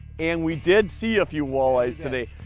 and we did see a few walleyes today!